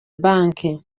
banki